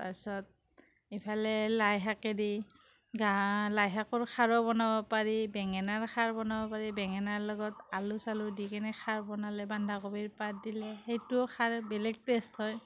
তাৰপিছত ইফালে লাই শাকেদি লাই শাকৰ খাৰো বনাব পাৰি বেঙেনাৰ খাৰ বনাব পাৰি বেঙেনাৰ লগত আলু চালু দি কেনে খাৰ বনালে বান্ধাকবিৰ পাত দিলে সেইটোও খাৰ বেলেগ টেষ্ট হয়